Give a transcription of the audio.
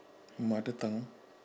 mother tongue